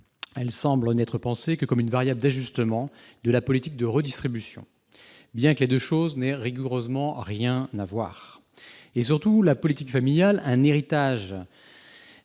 Elle semble n'être pensée que comme une variable d'ajustement de la politique de redistribution, bien que les deux choses n'aient rigoureusement rien à voir. Surtout, la politique familiale, héritage